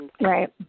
Right